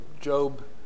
Job